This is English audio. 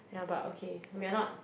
yeah but okay we are not